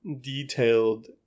detailed